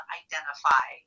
identify